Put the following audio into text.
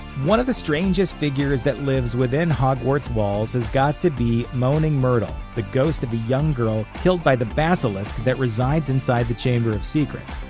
one of the strangest figures that lives within hogwarts' walls has got to be moaning myrtle, the ghost of a young girl killed by the basilisk that resides inside the chamber of secrets.